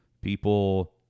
people